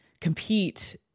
compete